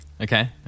Okay